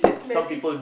smelly